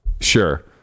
Sure